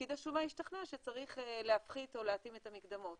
ופקיד השומה ישתכנע שצריך להפחית או להתאים את המקדמות,